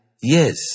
yes